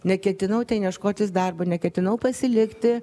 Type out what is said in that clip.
neketinau ten ieškotis darbo neketinau pasilikti